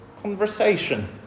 Conversation